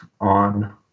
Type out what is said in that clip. on